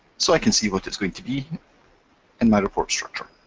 so i can see what it's going to be in my report structure.